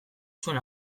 zuen